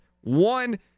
One